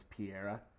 Piera